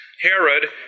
Herod